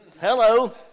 Hello